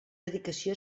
dedicació